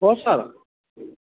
अ सार